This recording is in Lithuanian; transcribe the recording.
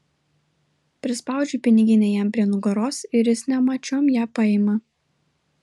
prispaudžiu piniginę jam prie nugaros ir jis nemačiom ją paima